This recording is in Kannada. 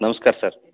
ನಮಸ್ಕಾರ್ ಸರ್